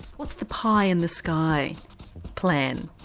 what's the pie in the sky plan?